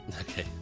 Okay